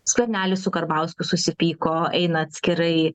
skvernelis su karbauskiu susipyko eina atskirai